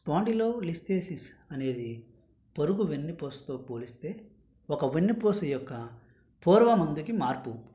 స్పాండిలో listhesis అనేది పొరుగు వెన్నుపూసతో పోలిస్తే ఒక వెన్నుపూస యొక్క పూర్వ మందుకి మార్పు